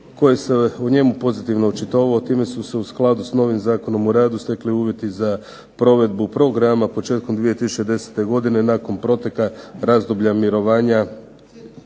koji se o njemu pozitivno očitovao. Time su se u skladu s novim Zakonom o radu stekli uvjeti za provedbu programa početkom 2010. godine nakon proteka razdoblja mirovanja.